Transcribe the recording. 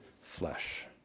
flesh